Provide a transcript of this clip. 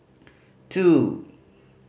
two